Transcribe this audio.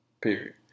Period